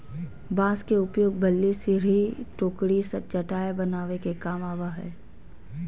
बांस के उपयोग बल्ली, सिरही, टोकरी, चटाय बनावे के काम आवय हइ